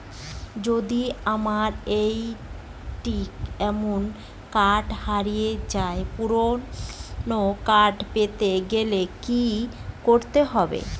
যদি আমার ATM card হারিয়ে যায় পুনরায় কার্ড পেতে গেলে কি করতে হবে?